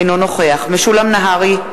אינו נוכח משולם נהרי,